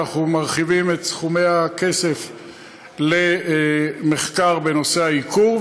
אנחנו מרחיבים את סכומי הכסף למחקר בנושא העיקור.